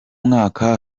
mwaka